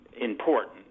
important